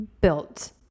built